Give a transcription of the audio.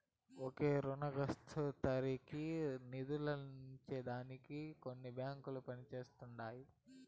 ఒకే రునగ్రహీతకి నిదులందించే దానికి కొన్ని బాంకిలు పనిజేస్తండాయి